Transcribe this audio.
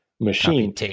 machine